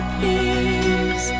peace